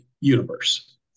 universe